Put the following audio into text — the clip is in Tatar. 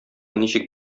ничек